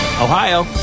Ohio